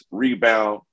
rebound